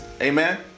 Amen